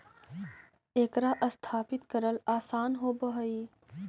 एकरा स्थापित करल आसान होब हई